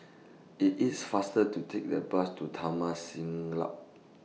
IT IS faster to Take The Bus to Taman Siglap